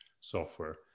software